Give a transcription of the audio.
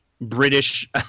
British